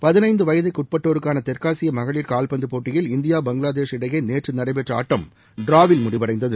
பதினைந்து வயதிற்குட்பட்டோருக்கான தெற்காசிய மகளிர் கால்பந்து போட்டியில் இந்தியா பங்களாதேஷ் இடையே நேற்று நடைபெற்ற ஆட்டம் டிராவில் முடிவடைந்தது